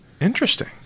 Interesting